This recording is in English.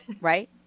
Right